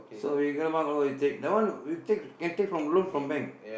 so we going to we take that one we take can take can loan from bank